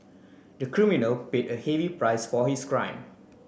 the criminal paid a heavy price for his crime